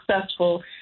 successful